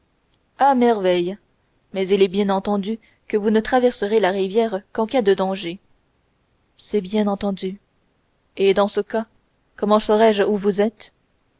à merveille mais il est bien entendu que vous ne traverserez la rivière qu'en cas de danger c'est bien entendu et dans ce cas comment saurai-je où vous êtes